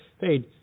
paid